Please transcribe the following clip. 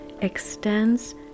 extends